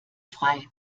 frei